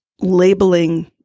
labeling